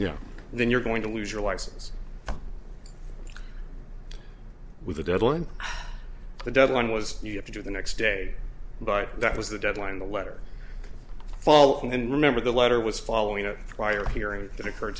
yeah then you're going to lose your license with a deadline the deadline was you have to do the next day but that was the deadline the letter following and remember the letter was following a wire hearing that occur